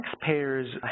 taxpayers